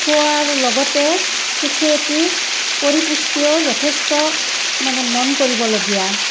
খোৱাৰ লগতে শিশু এটিৰ পৰিপুষ্টিও যথেষ্ট মানে মন কৰিবলগীয়া